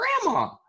grandma